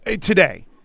Today